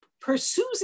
pursues